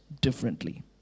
differently